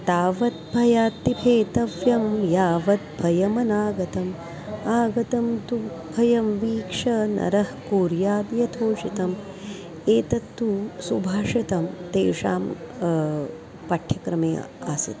तावद्भयाद्धि भेतव्यं यावद्भयमनागतम् आगतं तु भयं वीक्ष्य नरः कुर्यात् यथोचितम् एतत्तु सुभाषितं तेषां पाठ्यक्रमे आसीत्